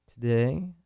today